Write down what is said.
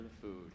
food